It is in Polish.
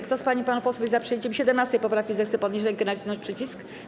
Kto z pań i panów posłów jest za przyjęciem 17. poprawki, zechce podnieść rękę i nacisnąć przycisk.